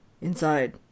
inside